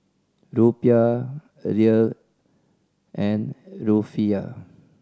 Rupiah a Riel and Rufiyaa